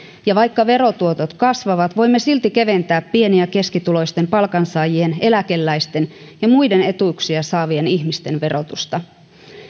ja vaikka verotuotot kasvavat voimme silti keventää pieni ja keskituloisten palkansaajien eläkeläisten ja muiden etuuksia saavien ihmisten verotusta